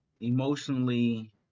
emotionally